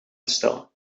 bestellen